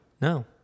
No